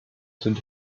sind